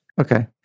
Okay